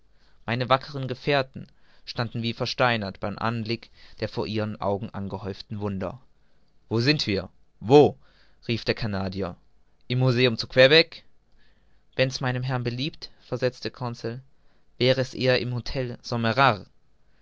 meine wackeren gefährten standen wie versteinert beim anblick der vor ihren augen aufgehäuften wunder wo sind wir wo sind wir rief der canadier im museum zu quebec wenn's meinem herrn beliebt versetzte conseil wäre es eher im hotel